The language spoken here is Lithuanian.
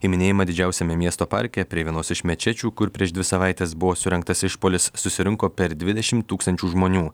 į minėjimą didžiausiame miesto parke prie vienos iš mečečių kur prieš dvi savaites buvo surengtas išpuolis susirinko per dvidešimt tūkstančių žmonių